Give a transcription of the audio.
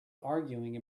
arguing